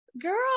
Girl